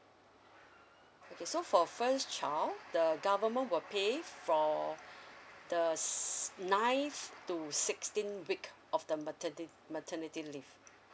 okay so for first child the government will pay from the s~ ninth to sixteenth week of the materni~ maternity leave